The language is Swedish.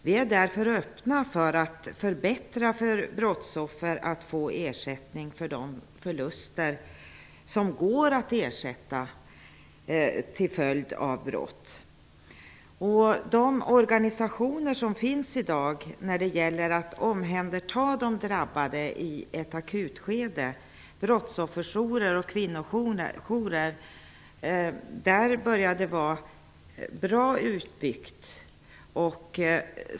Vi är därför öppna för att förbättra möjligheterna för brottsoffer att få ersättning för de förluster som går att ersätta som har uppstått till följd av brott. u De organisationer som i dag finns när det gäller att omhänderta de drabbade i ett akutskede -- brottsofferjourer och kvinnojourer -- börjar bli väl utbyggda.